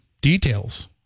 details